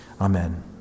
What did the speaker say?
Amen